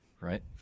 Right